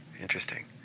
interesting